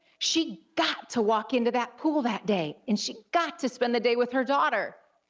she got to walk into that pool that day, and she got to spend the day with her daughter.